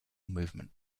movement